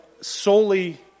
solely